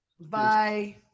Bye